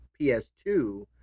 PS2